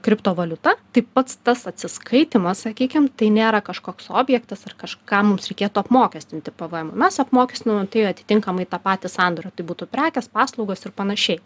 kriptovaliuta tai pats tas atsiskaitymas sakykim tai nėra kažkoks objektas ar kažką mums reikėtų apmokestinti p v emu mes apmokestinam tai atitinkamai tą patį sandorį tai būtų prekės paslaugos ir panašiai